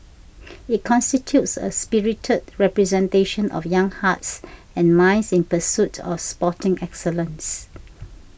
it constitutes a spirited representation of young hearts and minds in pursuit of sporting excellence